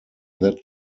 that